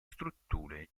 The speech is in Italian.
strutture